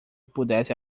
pudesse